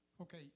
Okay